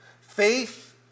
Faith